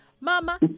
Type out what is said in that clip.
Mama